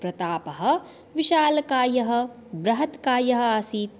प्रतापः विशालकायः बृहत्कायः आसीत्